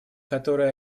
которые